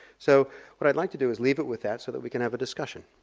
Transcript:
so what i'd like to do is leave it with that so that we can have a discussion.